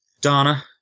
Donna